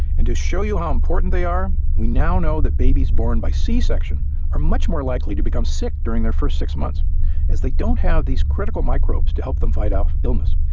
and to show you how important they are we now know that babies born by c-section are much more likely to become sick during their first six months as they don't have these critical microbes to help them fight off illness.